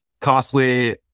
costly